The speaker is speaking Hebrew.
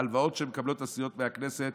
הלוואות שמקבלות הסיעות מהכנסת